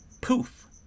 poof